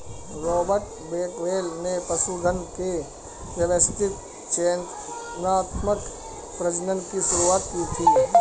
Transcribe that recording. Robert Bakewell ने पशुधन के व्यवस्थित चयनात्मक प्रजनन की शुरुआत की थी